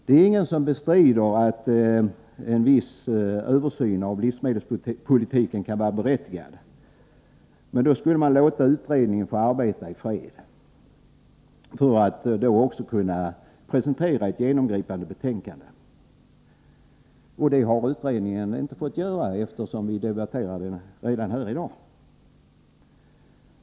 Det är ingen som bestrider att en viss översyn av livsmedelspolitiken kan vara berättigad. Men då borde man ha låtit utredningen arbeta i fred för att den skulle ha kunnat presentera ett genomgripande betänkande. Det har utredningen inte fått göra, eftersom vi debatterar denna fråga redan i dag.